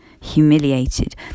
humiliated